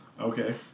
Okay